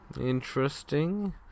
Interesting